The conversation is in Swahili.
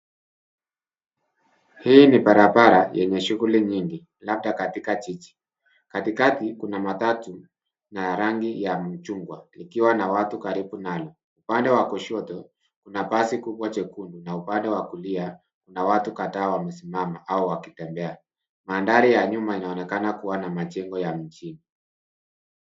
Hii ni barabara yenye shughuli nyingi labda katika jiji, katikati kuna matatu ya rangi ya mchungwa likiwa na watu karibu nalo. Upande wa kushoto kuna basi kubwa jekundu na upande wa kulia kuna watu kadhaa wamesimama au wakitembea. Mandhari ya nyuma inaonekana kuwa na majengo ya mjini.